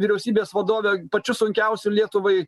vyriausybės vadovė pačiu sunkiausiu lietuvai